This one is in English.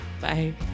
Bye